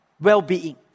well-being